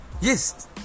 Yes